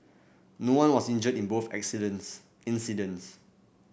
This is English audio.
no one was injured in both incidents